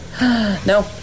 No